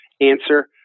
answer